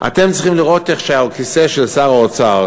אתם צריכים לראות שהכיסא הזה של שר האוצר,